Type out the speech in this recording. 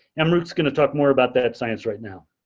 amaroq is gonna talk more about that science right now.